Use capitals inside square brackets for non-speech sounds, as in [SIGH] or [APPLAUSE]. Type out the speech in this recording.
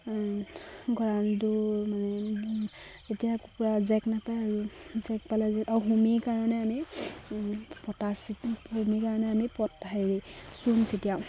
গঁৰালটো মানে এতিয়া কুকুৰা জেক নাপায় আৰু জেক পালে যে আৰু হোমিৰ কাৰণে আমি [UNINTELLIGIBLE] হোমিৰ কাৰণে আমি [UNINTELLIGIBLE] চূণ চিতিয়াও